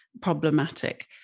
problematic